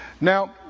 Now